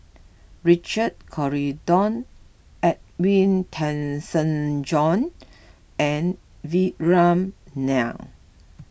Richard Corridon Edwin Tessensohn and Vikram Nair